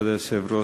כבוד היושב-ראש,